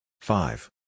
five